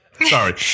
Sorry